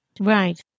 right